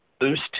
boost